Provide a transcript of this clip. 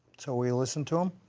so will you listen to em?